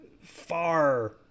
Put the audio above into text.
far